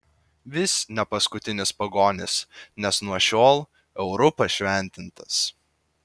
vis ne paskutinis pagonis nes nuo šiol euru pašventintas